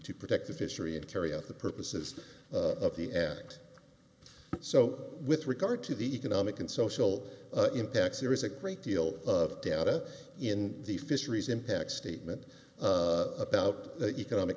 protect the fishery and carry out the purposes of the act so with regard to the economic and social impacts there is a great deal of data in the fisheries impact statement about the economic